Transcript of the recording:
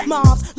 Mom's